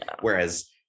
Whereas